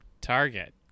Target